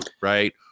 right